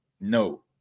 No